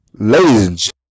Ladies